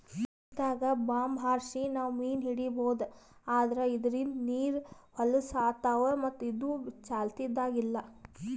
ನೀರ್ದಾಗ್ bomb ಹಾರ್ಸಿ ನಾವ್ ಮೀನ್ ಹಿಡೀಬಹುದ್ ಆದ್ರ ಇದ್ರಿಂದ್ ನೀರ್ ಹೊಲಸ್ ಆತವ್ ಮತ್ತ್ ಇದು ಚಾಲ್ತಿದಾಗ್ ಇಲ್ಲಾ